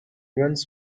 runs